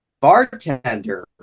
Bartender